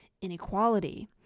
inequality